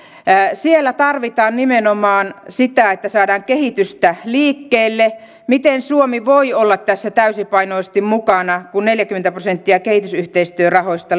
siellä tarvitaan nimenomaan sitä että saadaan kehitystä liikkeelle miten suomi voi olla tässä täysipainoisesti mukana kun neljäkymmentä prosenttia kehitysyhteistyörahoista